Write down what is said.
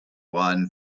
won